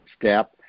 step